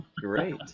Great